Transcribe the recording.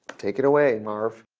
take it away, marv.